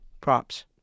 props